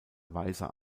weißer